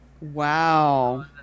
Wow